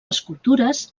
escultures